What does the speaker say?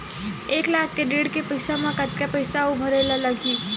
एक लाख के ऋण के पईसा म कतका पईसा आऊ भरे ला लगही?